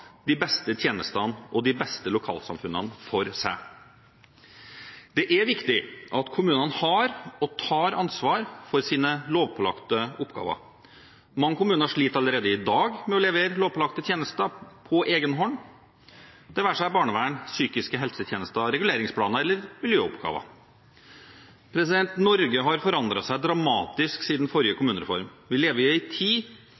de beste tjenestene og de beste lokalsamfunnene for seg. Det er viktig at kommunene har og tar ansvar for sine lovpålagte oppgaver. Mange kommuner sliter allerede i dag med å levere lovpålagte tjenester på egen hånd – det være seg barnevern, psykiske helsetjenester, reguleringsplaner eller miljøoppgaver. Norge har forandret seg dramatisk siden forrige kommunereform. Vi lever i en tid